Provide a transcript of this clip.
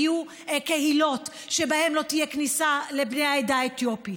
קהילות שבהן לא תהיה כניסה לבני העדה האתיופית,